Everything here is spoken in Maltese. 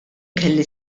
kelli